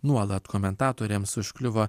nuolat komentatoriams užkliuvo